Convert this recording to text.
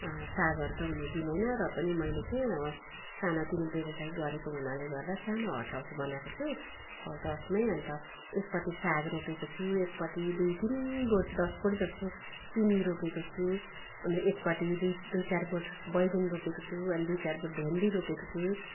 सागहरू त हुनु दिँदैन र पनि मैले चाहिँ सानोतिनो व्यवसाय गरेको हुनाले गर्दा सानो हटहाउस बनाएको छु हटहाउसमै अन्त एकपट्टि साग रोपेको छु एकपट्टि दुई तिन बोट दस बोट जस्तो सिमी रोपेको छु अनि एकपट्टि दुई दुई चार बोट बैगुन रोपेको छु अनि दुई चार बोट भिन्डी रोपेको छु